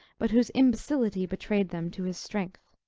but whose imbecility betrayed them to his strength.